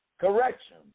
correction